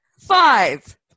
Five